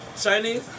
Chinese